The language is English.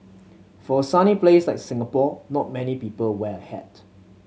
for a sunny place like Singapore not many people wear a hat